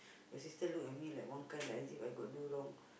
your sister look at me like one guy like as if I got do wrong